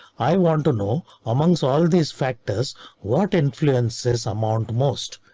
i want to know amongst all these factors what influences amount most.